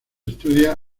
estudia